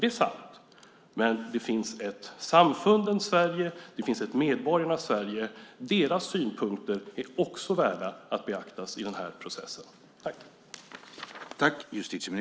Det är sant, men det finns ett samfundens Sverige och ett medborgarnas Sverige. Deras synpunkter är också värda att beaktas i den här processen.